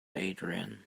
adrian